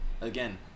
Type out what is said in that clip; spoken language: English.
Again